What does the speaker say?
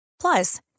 Plus